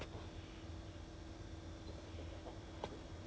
then after that 现在 don't know how how is it lah